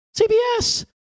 CBS